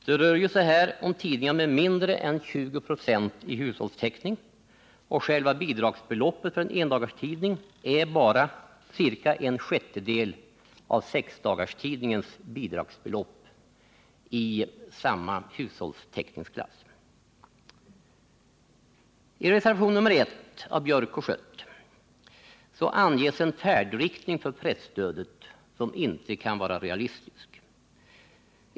Det rör sig här om tidningar med mindre än 20 96 i hushållstäckning, och själva bidragsbeloppet för en endagstidning är bara ca en sjättedel av sexdagarstidningens bidragsbelopp i samma hushållstäckningsklass. 1 reservation nr 1 av herr Björck och herr Schött anges en färdriktning för presstödet som inte kan vara realistisk.